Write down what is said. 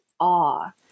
awe